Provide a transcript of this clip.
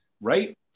Right